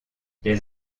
les